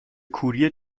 کوری